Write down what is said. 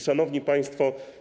Szanowni Państwo!